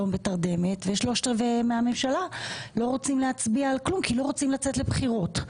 בתרדמת ו-3/4 מהממשלה לא רוצה להצביע על כלום כי לא רוצה לצאת לבחירות.